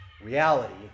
reality